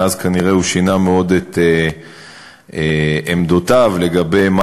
מאז כנראה הוא שינה מאוד את עמדותיו לגבי מה